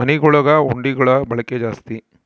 ಮನೆಗುಳಗ ಹುಂಡಿಗುಳ ಬಳಕೆ ಜಾಸ್ತಿ